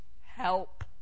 help